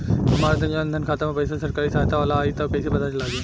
हमार जन धन खाता मे पईसा सरकारी सहायता वाला आई त कइसे पता लागी?